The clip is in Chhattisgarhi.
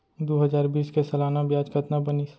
दू हजार बीस के सालाना ब्याज कतना बनिस?